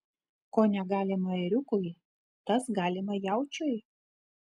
ko negalima ėriukui tas galima jaučiui